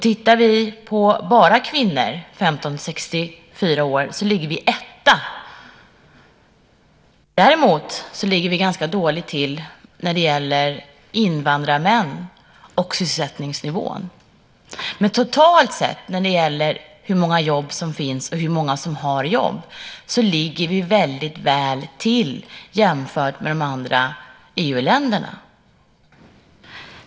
Tittar vi på bara kvinnor i åldern 15-64 år ser vi att vi ligger etta. Däremot ligger vi ganska dåligt till vad gäller sysselsättningsnivån för invandrarmän. Men totalt sett, när det gäller hur många jobb som finns och hur många som har jobb, så ligger vi väldigt väl till jämfört med de andra EU-länderna.